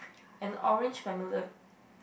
and orange marmalade